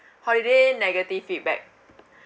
holiday negative feedback